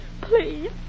Please